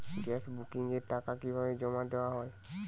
Gas বুকিংয়ের টাকা কিভাবে জমা করা হয়?